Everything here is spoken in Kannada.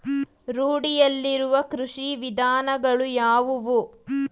ರೂಢಿಯಲ್ಲಿರುವ ಕೃಷಿ ವಿಧಾನಗಳು ಯಾವುವು?